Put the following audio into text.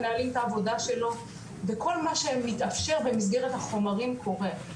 מנהלים את העבודה שלו וכל מה שמתאפשר במסגרת החומרים קורה.